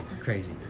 Crazy